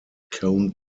cone